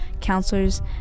counselors